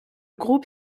groupe